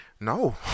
No